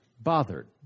bothered